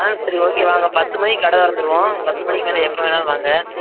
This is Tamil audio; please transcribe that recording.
ஆ சரி ஓகே வாங்க பத்து மணிக்கு கடை திறந்துருவோம் பத்து மணிக்கு மேலே எப்போ வேணாலும் வாங்க